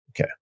Okay